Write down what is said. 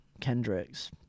Kendrick's